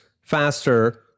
faster